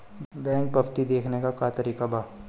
Bank पवती देखने के का तरीका बा?